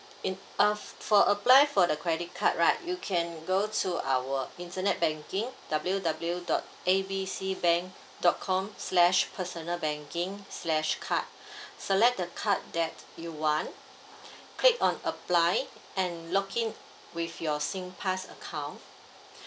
in uh for apply for the credit card right you can go to our internet banking W W W dot A B C bank dot com slash personal banking slash card select the card that you want click on apply and log in with your singpass account